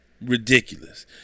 ridiculous